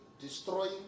destroying